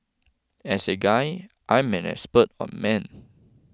as a guy I'm an expert on men